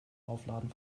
aufladen